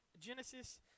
Genesis